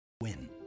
win